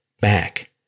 Back